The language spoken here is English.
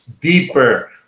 deeper